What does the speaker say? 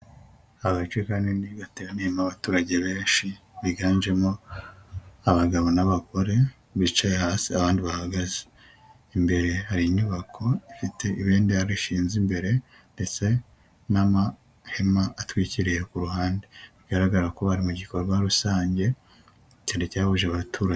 Agace kanini gateraniyemo abaturage benshi biganjemo abagabo n'abagore bicaye hasi ahandi bahagaze, imbere hari inyubako ifitebe ibendera rishinze imbere, ndetse n'amahema atwikiriye ku ruhande, bigaragara ko bari mu gikorwa rusange cyari cyahuje abaturage.